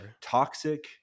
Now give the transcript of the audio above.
toxic